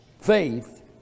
faith